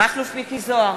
מכלוף מיקי זוהר,